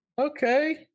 Okay